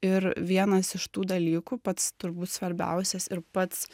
ir vienas iš tų dalykų pats turbūt svarbiausias ir pats